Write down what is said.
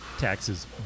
Taxes